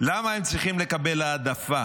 למה הם צריכים לקבל העדפה